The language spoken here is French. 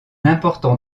important